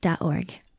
org